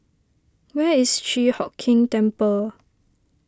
where is Chi Hock Keng Temple